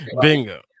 Bingo